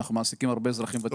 אנחנו מעסיקים הרבה אזרחים ותיקים,